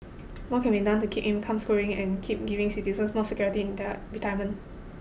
more could be done to keep incomes growing and keep giving citizens more security in their retirement